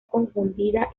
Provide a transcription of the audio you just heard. confundida